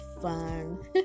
fun